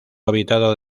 habitado